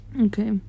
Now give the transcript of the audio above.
Okay